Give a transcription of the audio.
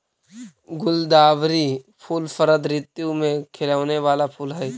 गुलदावरी फूल शरद ऋतु में खिलौने वाला फूल हई